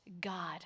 God